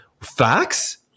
Facts